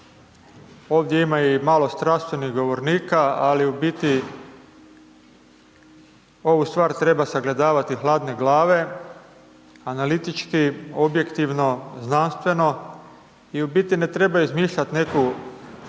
ovdje ima malo i strastvenih govornika, ali u biti ovu stvar treba sagledavati hladne glave, analitički, objektivno, znanstveno i u biti ne treba izmišljat neku,